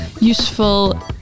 useful